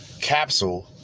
Capsule